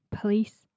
police